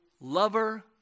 lover